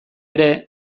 ere